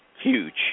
huge